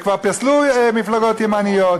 וכבר פסלו מפלגות ימניות.